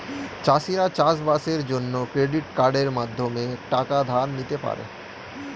চাষিরা চাষবাসের জন্য ক্রেডিট কার্ডের মাধ্যমে টাকা ধার নিতে পারে